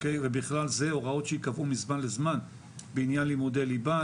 ובכלל זה הוראות שייקבעו מזמן לזמן בעניין לימודי ליבה,